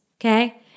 okay